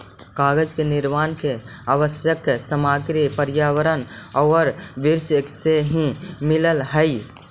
कागज के निर्माण के आवश्यक सामग्री पर्यावरण औउर वृक्ष से ही मिलऽ हई